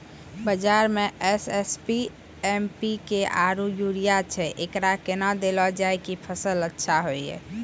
बाजार मे SSP, MPK आरु यूरिया छैय, एकरा कैना देलल जाय कि फसल अच्छा हुये?